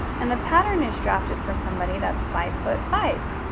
and the pattern is drafted for somebody that's five foot five.